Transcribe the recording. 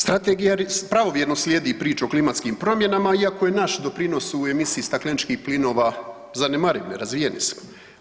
Strategija pravovjerno slijedi priču o klimatskim promjenama iako je naš doprinos u emisiji stakleničkih plinova zanemariv, nerazvijeni su.